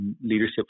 Leadership